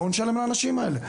בואו נשלם לאנשים האלה.